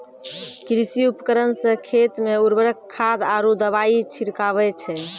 कृषि उपकरण सें खेत मे उर्वरक खाद आरु दवाई छिड़कावै छै